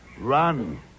run